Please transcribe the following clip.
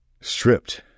stripped